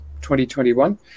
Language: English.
2021